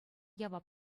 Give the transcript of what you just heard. явап